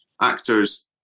Actors